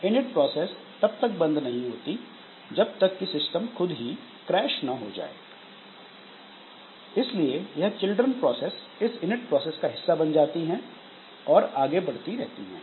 init process तब तक बंद नहीं होती जब तक कि सिस्टम खुद ही क्रैश न हो जाए इसलिए यह चिल्ड्रन प्रोसेस इस इनिट प्रोसेस का हिस्सा बन जाती हैं और आगे बढ़ती रहती है